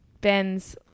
Ben's